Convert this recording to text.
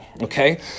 Okay